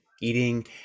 eating